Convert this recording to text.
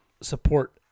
support